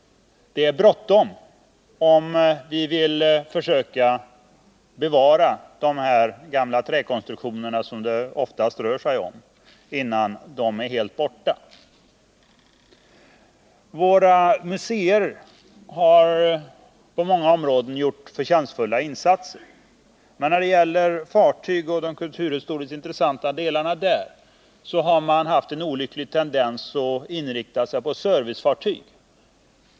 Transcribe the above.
Det är bråttom om vi vill försöka bevara sådana här gamla träkonstruktioner, som det oftast rör sig om, innan de är helt borta. Våra museer har gjort förtjänstfulla insatser på många områden, men när det gäller fartyg och de kulturhistoriskt intressanta delarna där har man haft 171 en olycklig tendens att inrikta sig på servicefartyg.